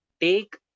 take